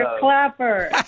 Clapper